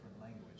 language